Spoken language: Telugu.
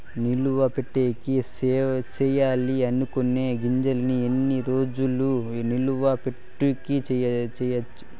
నిలువ పెట్టేకి సేయాలి అనుకునే గింజల్ని ఎన్ని రోజులు నిలువ పెట్టేకి చేయొచ్చు